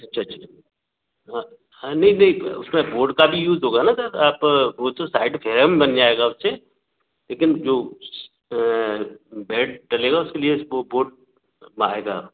अच्छा अच्छा हाँ हाँ नइ नइ उसमें बोर्ड का भी यूज़ होगा ना ज़्यादा आप वो तो साइड फ्रेम बन जाएगा उससे लेकिन जाे बेड डलेगा उसके लिए वो बोर्ड काम आएगा